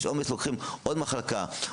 יש עומס לוקחים עוד מחלקה,